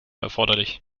erforderlich